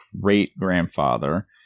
great-grandfather